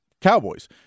Cowboys